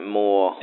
more